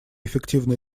эффективно